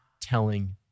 telling